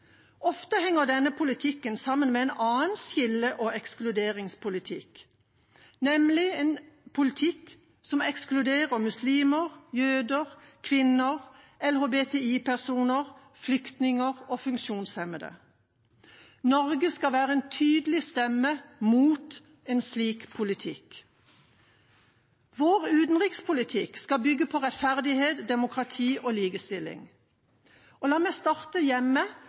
Ofte henger denne politikken sammen med en annen skille- og ekskluderingspolitikk, nemlig en politikk som ekskluderer muslimer, jøder, kvinner, LHBTI-personer, flyktninger og funksjonshemmede. Norge skal være en tydelig stemme mot en slik politikk. Vår utenrikspolitikk skal bygge på rettferdighet, demokrati og likestilling. La meg starte hjemme,